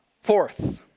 Fourth